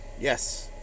yes